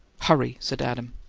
hurry! said adam.